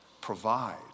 provide